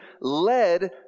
led